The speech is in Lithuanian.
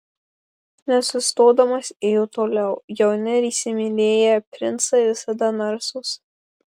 nesustodamas ėjo toliau jauni ir įsimylėję princai visada narsūs